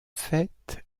fête